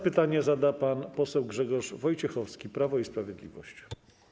Pytanie zada pan poseł Grzegorz Wojciechowski, Prawo i Sprawiedliwość.